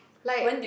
like